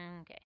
Okay